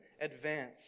advance